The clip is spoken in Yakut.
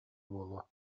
буолуо